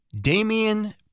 Damian